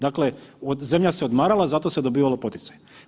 Dakle zemlja se odmarala, zato se dobivalo poticaj.